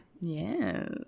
Yes